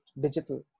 digital